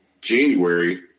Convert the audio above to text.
January